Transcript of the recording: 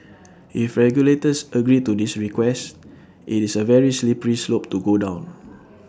if regulators agree to this request IT is A very slippery slope to go down